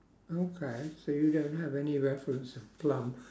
okay so you don't have any reference of plum